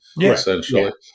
Essentially